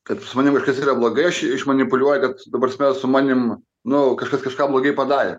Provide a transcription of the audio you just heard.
kad pas mane kažkas yra blogai aš išmanipuliuoju kad ta prasme su manim nu kažkas kažką blogai padarė